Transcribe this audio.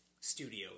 studio